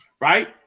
right